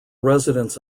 residents